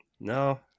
No